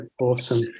awesome